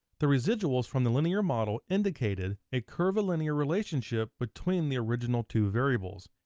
the residuals from the linear model indicated a curvilinear relationship between the original two variables.